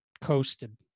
coasted